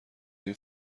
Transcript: این